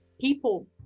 people